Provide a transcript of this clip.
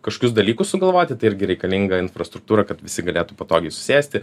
kažkokius dalykus sugalvoti tai irgi reikalinga infrastruktūra kad visi galėtų patogiai susėsti